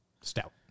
Stout